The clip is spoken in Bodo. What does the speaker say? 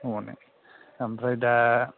हनै ओमफ्राय दा